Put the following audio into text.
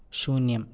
शून्यम्